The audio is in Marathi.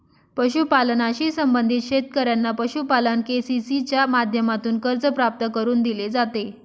पशुपालनाशी संबंधित शेतकऱ्यांना पशुपालन के.सी.सी च्या माध्यमातून कर्ज प्राप्त करून दिले जाते